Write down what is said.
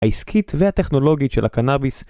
העסקית והטכנולוגית של הקנאביס